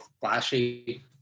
flashy